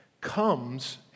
comes